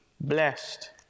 blessed